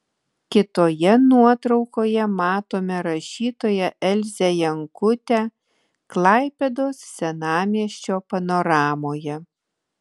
kitoje nuotraukoje matome rašytoją elzę jankutę klaipėdos senamiesčio panoramoje